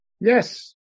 Yes